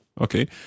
Okay